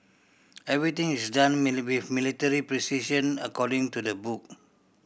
everything is done military precision according to the book